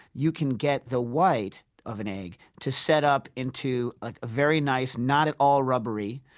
you can get the white of an egg to set up into a very nice, not at all rubbery,